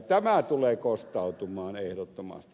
tämä tulee kostautumaan ehdottomasti